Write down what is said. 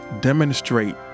demonstrate